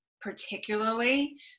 particularly